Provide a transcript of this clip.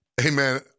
amen